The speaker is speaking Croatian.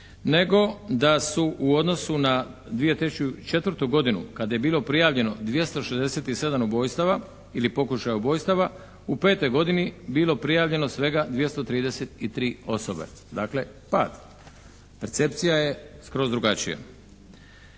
nego da su u odnosu na 2004. godinu kad je bilo prijavljeno 267 ubojstava ili pokušaja ubojstava u 2005. godini bilo prijavljeno svega 233 osobe. Dakle, pad. Percepcija je skroz drugačija.